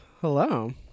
Hello